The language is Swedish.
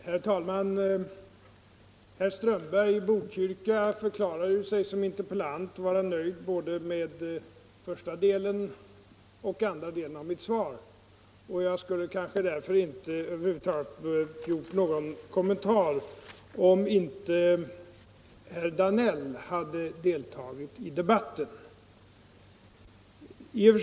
Herr talman! Herr Strömberg i Botkyrka förklarade sig som interpellant vara nöjd med både första och andra delen av mitt svar. Därför skulle jag över huvud taget inte ha gjort någon kommentar om inte herr Danell hade deltagit i debatten.